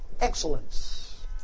excellence